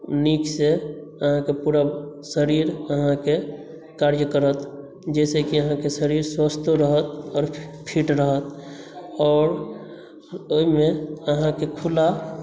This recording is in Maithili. नीक से आहाँके पूरा शरीर आहाँके कार्य करत जाहिसे कि आहाँकेँ शरीर स्वस्थ रहत आओर फीट रहत आओर एहिमे आहाँकेँ खुला